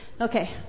Okay